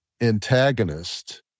antagonist